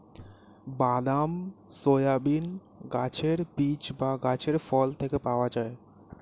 বাদাম, সয়াবিন গাছের বীজ বা গাছের ফল থেকে পাওয়া যায়